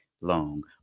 long